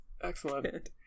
Excellent